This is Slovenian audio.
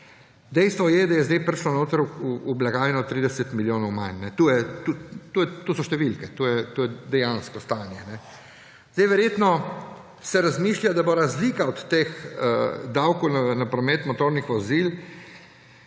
Dejstvo je, da je zdaj prišlo notri v blagajno 30 milijonov manj. To so številke, to je dejansko stanje. Verjetno se razmišlja, da bo razlika od teh davkov na promet motornih vozil